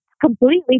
completely